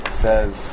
says